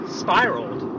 spiraled